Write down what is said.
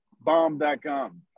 bomb.com